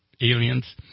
aliens